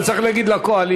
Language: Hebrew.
את זה צריך להגיד לקואליציה.